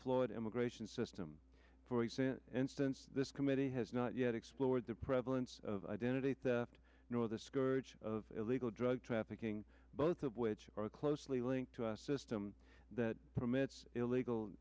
florida immigration system for example instance this committee has not yet explored the prevalence of identity theft nor the scourge of illegal drug trafficking both of which are closely linked to a system that permits illegal